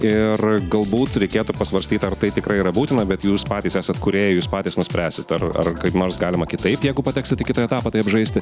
ir galbūt reikėtų pasvarstyti ar tai tikrai yra būtina bet jūs patys esat kūrėjai jūs patys nuspręsit ar ar kaip nors galima kitaip jeigu pateksit į kitą etapą tai apžaisti